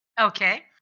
Okay